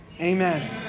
Amen